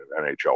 NHL